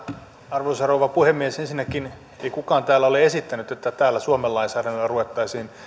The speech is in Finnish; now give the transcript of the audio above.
arvoisa rouva puhemies ensinnäkin ei kukaan täällä ole esittänyt että täällä suomen lainsäädännöllä ruvettaisiin